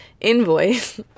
invoice